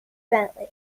bentley